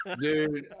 Dude